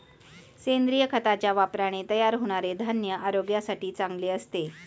सेंद्रिय खताच्या वापराने तयार होणारे धान्य आरोग्यासाठी चांगले असते